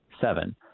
Seven